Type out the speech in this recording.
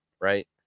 right